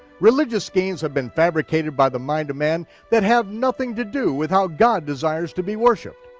religious schemes have been fabricated by the mind of man that have nothing to do with how god desires to be worshiped.